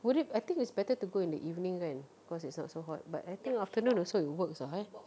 would it I think it's better to go in the evening kan cause it's not so hot but I think afternoon also it works ah eh